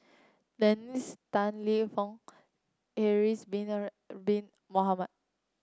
Dennis Tan Lip Fong Haslir Bin Bin Mohamed